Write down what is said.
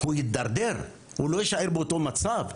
הוא ידרדר, הוא לא יישאר באותו מצב.